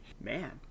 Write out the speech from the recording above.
Man